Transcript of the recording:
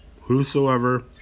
Whosoever